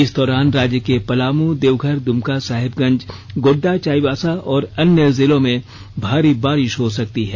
इस दौरान राज्य के पलाम देवघर दुमका साहेबगंज गोड्डा चाईबासा और अन्य जिलों में भारी बारिष हो सकती है